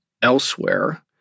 Elsewhere